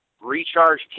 recharge